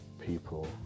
people